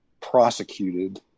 prosecuted